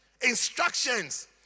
Instructions